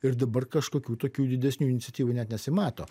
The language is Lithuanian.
ir dabar kažkokių tokių didesnių iniciatyvų net nesimato